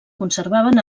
conservaven